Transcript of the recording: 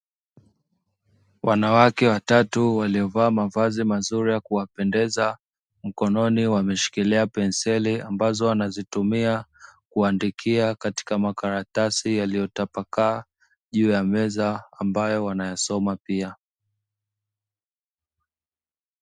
Wanawake watatu waliova mavazi mazuri ya kuwapendeza, mkononi wameshikilia penseli, ambazo wanazitumia kuandikia katika makaratasi yaliyotapakaa juu ya meza, ambayo wanayasoma pia.